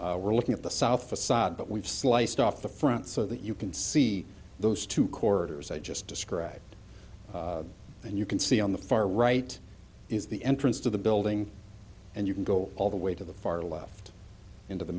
building we're looking at the south facade but we've sliced off the front so that you can see those two corridors i just described and you can see on the far right is the entrance to the building and you can go all the way to the far left into the